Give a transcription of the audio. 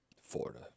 Florida